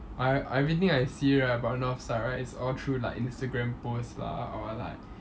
I I everything I see right about north side right is all through like Instagram post ah or like